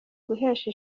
guhesha